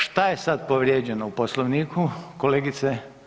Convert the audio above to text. Šta je sad povrijeđeno u Poslovniku kolegice?